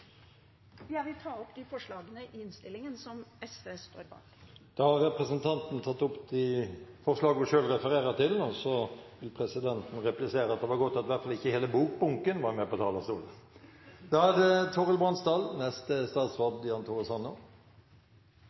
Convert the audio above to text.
Jeg vil ta opp forslagene i innstillingen, som Sosialistisk Venstreparti står bak. Representanten Karin Andersen har tatt opp de forslagene hun refererte til. Presidenten vil replisere at det var godt at i hvert fall ikke hele bokbunken var med på talerstolen. I dag synes jeg det